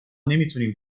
نمیتونیم